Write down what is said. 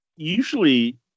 Usually